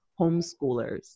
homeschoolers